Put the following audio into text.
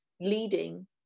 leading